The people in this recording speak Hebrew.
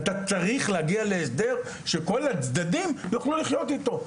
אתה צריך להגיע להסדר שכל הצדדים יוכלו לחיות אתו.